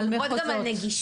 הן מדברות גם על נגישות,